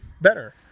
better